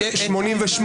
ב-1988,